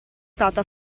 stato